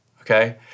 okay